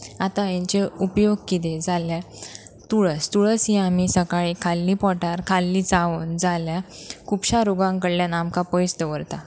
आतां हेंचे उपयोग कितें जाल्यार तुळस तुळस ही आमी सकाळीं खाली पोटार खाल्ली चावन जाल्यार खुबश्या रोगां कडल्यान आमकां पयस दवरता